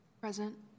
Present